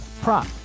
prop